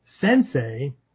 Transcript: Sensei